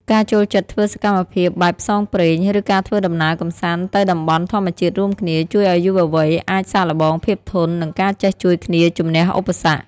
ការចូលចិត្តធ្វើសកម្មភាពបែបផ្សងព្រេង ឬការធ្វើដំណើរកម្សាន្តទៅតំបន់ធម្មជាតិរួមគ្នា ជួយឱ្យយុវវ័យអាចសាកល្បងភាពធន់ និងការចេះជួយគ្នាជម្នះឧបសគ្គ។